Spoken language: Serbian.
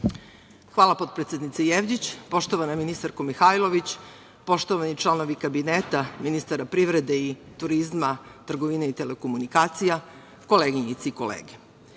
Hvala, potpredsednice Jevđić. Poštovana ministarko Mihajlović, poštovani članovi Kabineta ministara privrede i turizma, trgovine i telekomunikacija, koleginice i kolege,